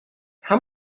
how